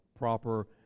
proper